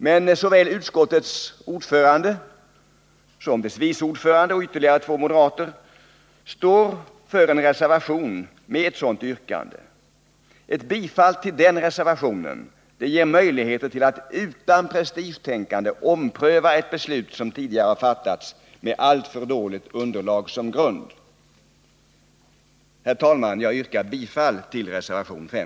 Men såväl utskottets ordförande som dess vice ordförande och ytterligare två moderater står för en reservation med ett sådant yrkande. Ett bifall till den reservationen ger möjligheter att utan prestigetänkande ompröva ett beslut som tidigare har fattats med alltför dåligt underlag. Herr talman! Jag yrkar bifall till reservation 5.